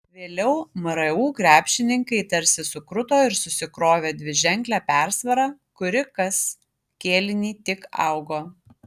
vėliau mru krepšininkai tarsi sukruto ir susikrovė dviženklę persvarą kuri kas kėlinį tik augo